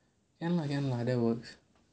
can lah can lah then works